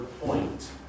point